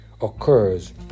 occurs